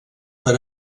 per